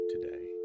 today